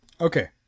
Okay